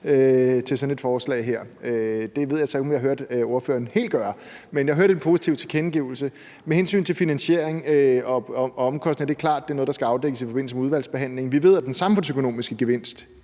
over sådan et forslag her. Det ved jeg så ikke om jeg helt hørte ordføreren gøre, men jeg hørte en positiv tilkendegivelse. Med hensyn til finansiering og omkostninger er det klart, at det er noget, der skal afdækkes i forbindelse med udvalgsbehandlingen. Vi ved, at den samfundsøkonomiske gevinst